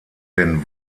den